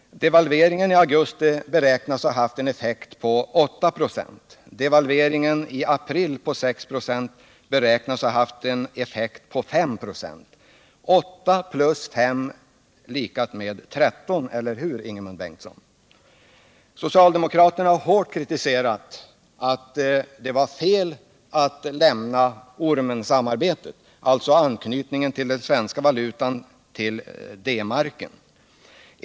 Devalveringen i augusti beräknas ha haft en effekt på 8 96. Devalveringen i april med 6 96 beräknas ha haft en effekt på 5 96. 8+5=13, eller hur, Ingemund Bengtsson? Socialdemokraterna har hårt kritiserat och sagt att det var fel att lämna det s.k. ormsamarbetet, alltså anknytningen av den svenska valutan till D marken.